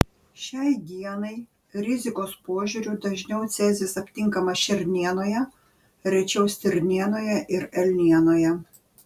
šiai dienai rizikos požiūriu dažniau cezis aptinkamas šernienoje rečiau stirnienoje ir elnienoje